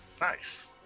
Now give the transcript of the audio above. Nice